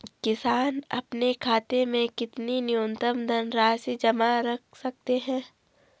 किसान अपने खाते में कितनी न्यूनतम धनराशि जमा रख सकते हैं?